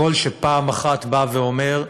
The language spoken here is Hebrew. קול שפעם אחת בא ואומר: